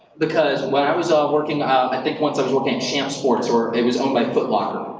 because and when i was ah working, um i think once i was working at champ sports or it was owned by foot locker,